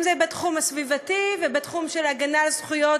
אם בתחום הסביבתי ובתחום של הגנה על זכויות